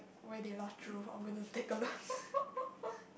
where they last drew I'm gonna to take a look